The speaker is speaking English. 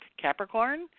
Capricorn